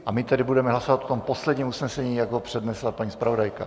A my tedy budeme hlasovat o tom posledním usnesení, jak ho přednesla paní zpravodajka.